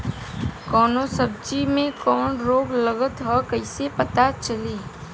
कौनो सब्ज़ी में कवन रोग लागल ह कईसे पता चली?